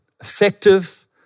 effective